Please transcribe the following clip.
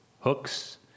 hooks